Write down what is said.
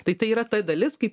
tai yra ta dalis kai